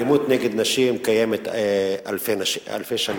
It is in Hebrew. אלימות נגד נשים קיימת אלפי שנים,